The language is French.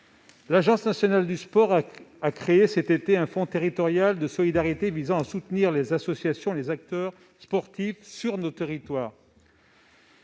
L'Agence nationale du sport a créé cet été un fonds territorial de solidarité visant à soutenir les associations, les acteurs sportifs sur nos territoires,